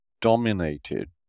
dominated